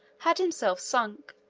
had himself sunk,